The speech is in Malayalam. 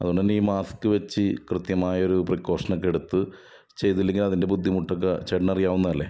അതുകൊണ്ട് തന്നെ മാസ്ക്ക് വച്ച് കൃത്യമായൊരു പ്രക്കോഷനൊക്കെ എടുത്ത് ചെയ്തില്ലെങ്കിൽ അതിൻ്റെ ബുദ്ധിമുട്ടൊക്കെ ചേട്ടനറിയാവുന്നതല്ലേ